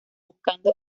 buscando